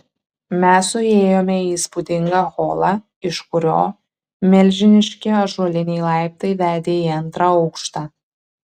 mes suėjome į įspūdingą holą iš kurio milžiniški ąžuoliniai laiptai vedė į antrą aukštą